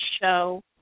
show